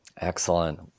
Excellent